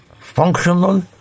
functional